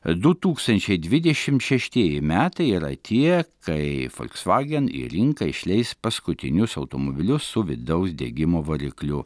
du tūkstančiai dvidešim šeštieji metai yra tie kai folksvagen į rinką išleis paskutinius automobilius su vidaus degimo varikliu